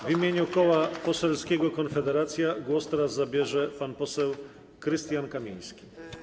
W imieniu Koła Poselskiego Konfederacja głos zabierze pan poseł Krystian Kamiński.